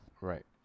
Right